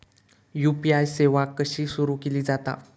UPI सेवा कशी सुरू केली जाता?